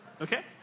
Okay